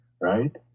right